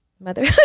mother